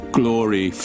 glory